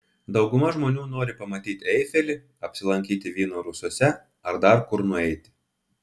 dauguma žmonių nori pamatyti eifelį apsilankyti vyno rūsiuose ar dar kur nueiti